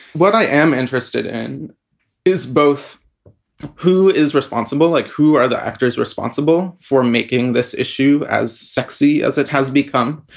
what i am interested in is both who is responsible, like who are the actors responsible for making this issue as sexy as it has become?